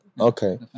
Okay